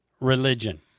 religion